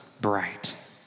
bright